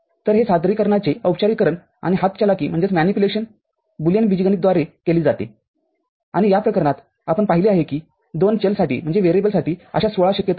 तर हे सादरीकरणाचे औपचारिकरण आणि हातचलाखीबुलियन बीजगणित द्वारे केली जाते आणि या प्रकरणात आपण पाहिले आहे कि दोन चलसाठीअशा १६ शक्यता आहेत